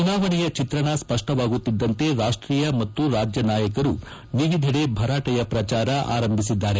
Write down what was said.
ಚುನಾವಣೆಯ ಚಿತ್ರಣ ಸ್ಪಷ್ಟವಾಗುತ್ತಿದ್ದಂತೆ ರಾಷ್ಟೀಯ ಮತ್ತು ರಾಜ್ಯ ನಾಯಕರು ವಿವಿಧಡೆ ಭರಾಟೆಯ ಪ್ರಜಾರ ಆರಂಭಿಸಿದ್ದಾರೆ